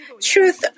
truth